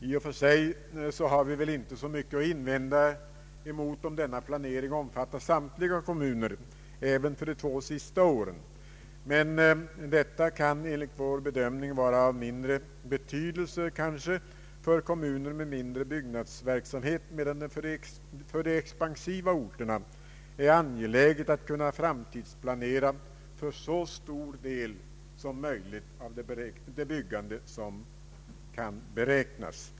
I och för sig har vi väl inte så mycket att invända mot att denna planering omfattar samtliga kommuner även för de två sista åren, men detta kan enligt vår bedömning vara av mindre betydelse för kommuner med mindre byggnadsverksamhet, medan det för de expansiva orterna är angeläget att kunna framtidsplanera för så stor del som möjligt av det byggande som kan beräknas.